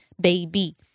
baby